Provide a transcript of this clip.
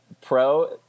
pro